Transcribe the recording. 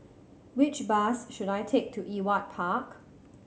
which bus should I take to Ewart Park